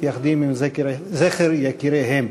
מתייחדות עם זכר יקיריהן.